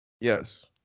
Yes